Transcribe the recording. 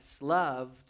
loved